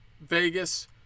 Vegas